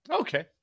Okay